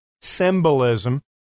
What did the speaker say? symbolism